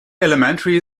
elementary